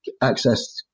access